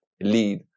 lead